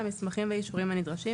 מסמכים ואישורים הנדרשים,